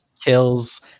kills